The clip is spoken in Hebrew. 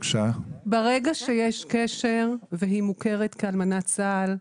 ברגע שיש קשר והיא מוכרת כאלמנת צה"ל,